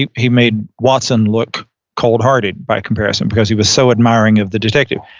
he he made watson look cold-hearted by comparison because he was so admiring of the detective.